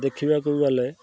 ଦେଖିବାକୁ ଗଲେ